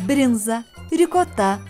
brinza rikota